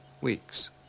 Weeks